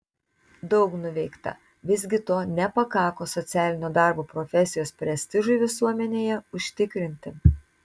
daug nuveikta visgi to nepakako socialinio darbo profesijos prestižui visuomenėje užtikrinti